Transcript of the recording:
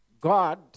God